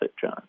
John